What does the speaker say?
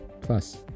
Plus